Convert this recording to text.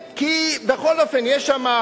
בכל אופן, יש שם,